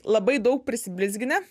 labai daug prisiblizginę